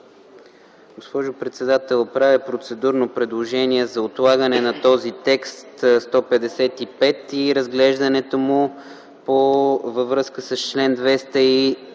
Госпожо председател, правя процедурно предложение за отлагане на този текст на чл. 155 и разглеждането му във връзка с чл. 213,